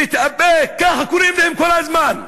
ולהתאפק, ככה קוראים להם כל הזמן.